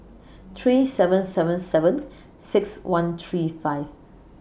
three seven seven seven six one three five